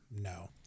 no